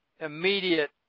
immediate